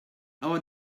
our